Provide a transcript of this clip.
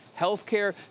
healthcare